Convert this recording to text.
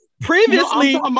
previously